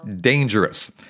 dangerous